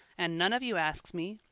and none of you asks me,